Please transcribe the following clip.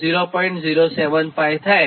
49 µF થાય